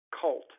cult